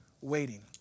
waiting